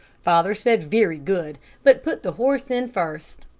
father said very good, but put the horse in first.